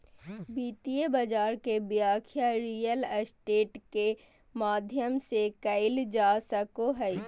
वित्तीय बाजार के व्याख्या रियल स्टेट के माध्यम से कईल जा सको हइ